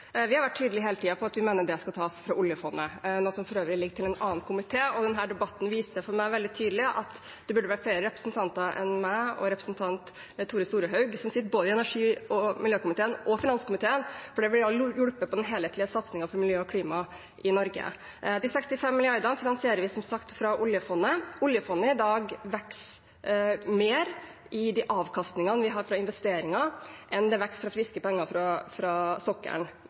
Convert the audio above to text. Vi har vært tydelige hele tiden på at vi mener det skal tas fra oljefondet, noe som for øvrig ligger til en annen komité. Denne debatten viser for meg veldig tydelig at det burde være flere representanter enn representanten Tore Storehaug og meg som sitter i både energi- og miljøkomiteen og finanskomiteen, for det ville ha hjulpet på den helhetlige satsingen på miljø og klima i Norge. De 65 mrd. kr finansierer vi som sagt fra oljefondet. Oljefondet i dag vokser mer i de avkastningene vi har fra investeringer, enn det vokser fra friske penger fra sokkelen.